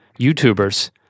YouTubers